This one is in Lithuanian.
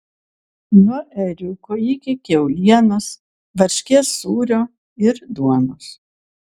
nuo ėriuko iki kiaulienos varškės sūrio ir duonos